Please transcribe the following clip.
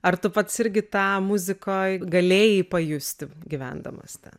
ar tu pats irgi tą muzikoj galėjai pajusti gyvendamas te